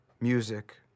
music